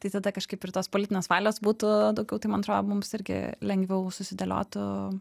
tai tada kažkaip ir tos politinės valios būtų daugiau tai man atrodo mums irgi lengviau susidėliotų